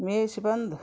ಮೇಯಿಸಿ ಬಂದು